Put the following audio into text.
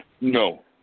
No